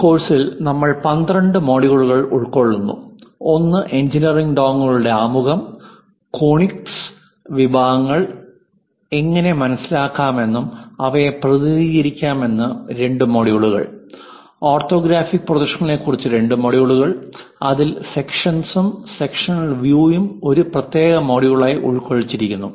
ഈ കോഴ്സിൽ നമ്മൾ 12 മൊഡ്യൂളുകൾ ഉൾക്കൊള്ളുന്നു ഒന്ന് എഞ്ചിനീയറിംഗ് ഡ്രോയിംഗുകളുടെ ആമുഖം കോണിക് വിഭാഗങ്ങൾ എങ്ങനെ മനസിലാക്കാമെന്നും അവയെ പ്രതിനിധീകരിക്കാമെന്ന് രണ്ട് മൊഡ്യൂളുകൾ ഓർത്തോഗ്രാഫിക് പ്രൊജക്ഷനുകളെ കുറിച്ച് രണ്ട് മൊഡ്യൂളുകൾ അതിൽ സെക്ഷൻസും സെക്ഷനൽ വ്യൂവും ഒരു പ്രത്യേക മൊഡ്യൂളായി ഉൾക്കൊള്ളിച്ചിരിക്കുന്നു